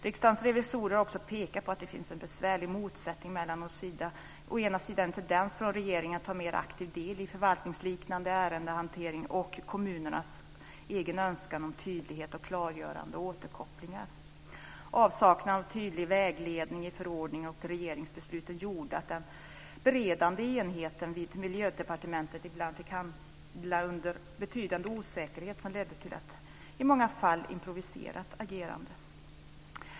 Riksdagens revisorer har också pekat på att det finns en besvärlig motsättning mellan å ena sidan en tendens från regeringen att ta mer aktiv del i förvaltningsliknande ärendehantering och kommunernas egen önskan om tydlighet och klargörande återkopplingar. Avsaknaden av en tydlig vägledning i förordningen och regeringsbesluten gjorde att den beredande enheten vid Miljödepartementet ibland fick handla under betydande osäkerhet som ledde till ett i många fall improviserat agerande.